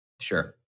Sure